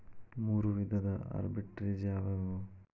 ಮೂರು ವಿಧದ ಆರ್ಬಿಟ್ರೆಜ್ ಯಾವವ್ಯಾವು?